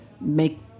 make